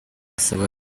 basabwa